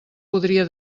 podria